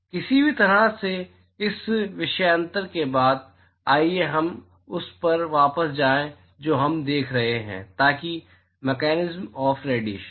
किसी भी तरह से इस विषयांतर के बाद आइए हम उस पर वापस जाएं जो हम देख रहे हैं ताकि मेकेनिस्म ऑफ रेडिएशन